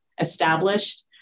established